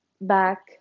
back